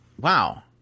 wow